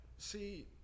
see